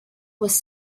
was